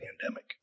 pandemic